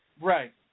Right